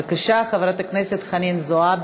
לא אושרה.